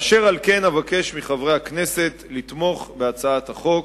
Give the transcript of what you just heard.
אשר על כן אבקש מחברי הכנסת לתמוך בהצעת החוק.